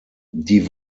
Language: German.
die